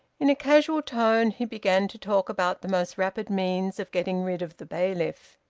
in a casual tone he began to talk about the most rapid means of getting rid of the bailiff.